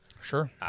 Sure